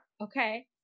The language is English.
okay